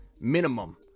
minimum